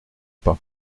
pas